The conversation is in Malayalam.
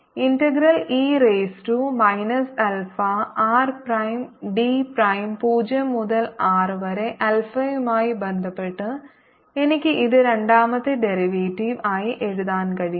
integral e raise to minus alpha r prime d prime 0 മുതൽ ആർ വരെ ആൽഫയുമായി ബന്ധപ്പെട്ട് എനിക്ക് ഇത് രണ്ടാമത്തെ ഡെറിവേറ്റീവ് ആയി എഴുതാൻ കഴിയും